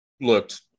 looked